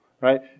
right